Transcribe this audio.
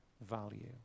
value